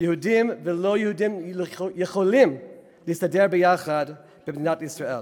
יהודים ולא-יהודים יכולים להסתדר ביחד במדינת ישראל.